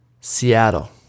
Seattle